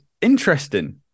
interesting